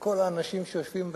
כל האנשים שיושבים ביציעים,